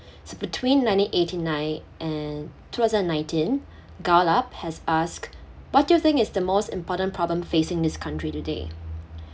so between nineteen eighty nine and two thousand and nineteen Gallup has asked what do you think is the most important problem facing this country today